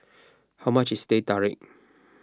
how much is Teh Tarik